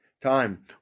time